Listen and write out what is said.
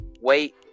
wait